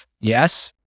Yes